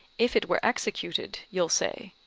if it were executed, you'll say.